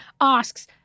asks